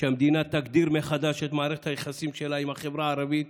שהמדינה תגדיר מחדש את מערכת היחסים שלה עם החברה הערבית